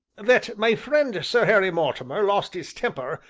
that my friend, sir harry mortimer, lost his temper,